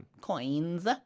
Coins